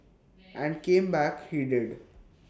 and came back he did